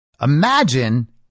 Imagine